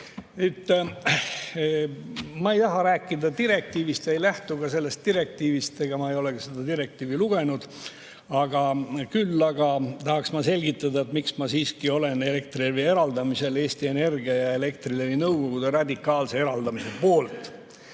Ma ei taha rääkida direktiivist ega lähtu ka sellest direktiivist – ma ei ole ka seda direktiivi lugenud – küll aga tahan selgitada, miks ma siiski olen Eesti Energia ja Elektrilevi nõukogu radikaalse eraldamise poolt.